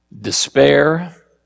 despair